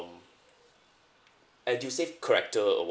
edusave character award